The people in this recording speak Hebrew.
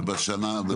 כן.